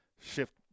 shift